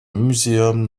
muséum